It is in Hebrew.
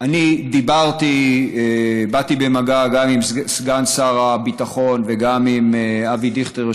אני באתי במגע גם עם סגן שר הביטחון וגם עם אבי דיכטר,